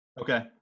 Okay